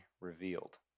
revealed